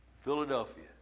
Philadelphia